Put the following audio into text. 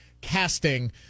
casting